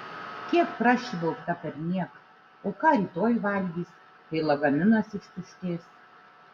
kiek prašvilpta perniek o ką rytoj valgys kai lagaminas ištuštės